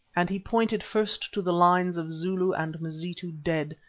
and he pointed first to the lines of zulu and mazitu dead,